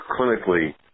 clinically